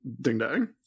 ding-dang